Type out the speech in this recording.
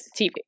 TV